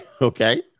Okay